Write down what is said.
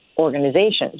organizations